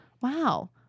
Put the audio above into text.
Wow